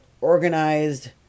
organized